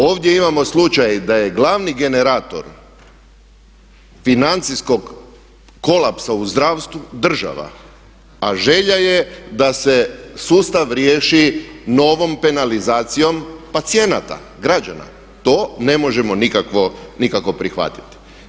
Ovdje imamo slučaj da je glavni generator financijskog kolapsa u zdravstvu država a želja je da se sustav riješi novom penalizacijom pacijenata, građana, to ne možemo nikako prihvatiti.